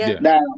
Now